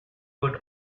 would